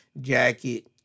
jacket